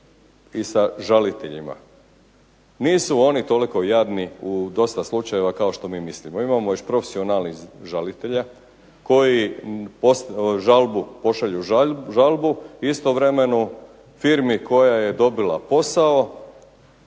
i sa žaliteljima. Nisu oni toliko jadni u dosta slučajeva kao što mi mislimo, imamo još profesionalnih žalitelja koji pošalju žalbu istovremeno firmi koja je dobila posao,